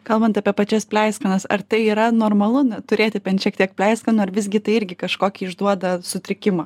kalbant apie pačias pleiskanas ar tai yra normalu turėti bent šiek tiek pleiskanų ar visgi tai irgi kažkokį išduoda sutrikimą